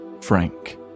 frank